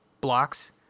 blocks